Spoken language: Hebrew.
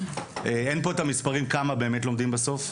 שאין פה המספרים כמה באמת לומדים בסוף.